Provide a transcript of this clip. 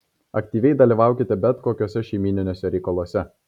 aktyviai dalyvaukite bet kokiuose šeimyniniuose reikaluose